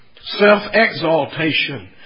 self-exaltation